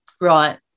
Right